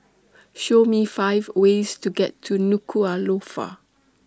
Show Me five ways to get to Nuku'Alofa